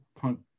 punk